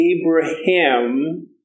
Abraham